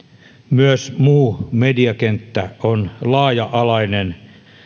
myös muu mediakenttä on laaja alainen